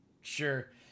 Sure